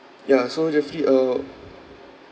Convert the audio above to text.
ya so jeffrey uh